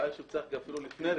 הוא צריך לדעת אפילו לפני רבעון.